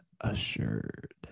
assured